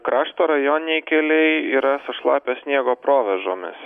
krašto rajoniniai keliai yra su šlapio sniego provėžomis